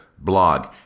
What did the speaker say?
blog